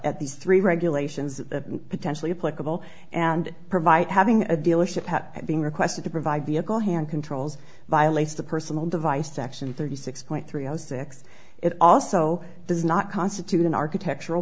at these three regulations that potentially applicable and provide having a dealership being requested to provide vehicle hand controls violates the personal device section thirty six point three zero six it also does not constitute an architectural